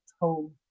home